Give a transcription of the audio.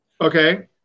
Okay